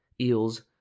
Eels